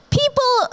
people